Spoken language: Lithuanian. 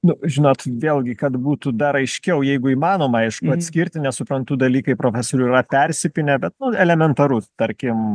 nu žinot vėlgi kad būtų dar aiškiau jeigu įmanoma aišku atskirti nes suprantu dalykai profesoriau yra persipynę bet nu elementarus tarkim